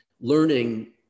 learning